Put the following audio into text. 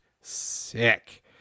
sick